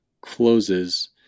closes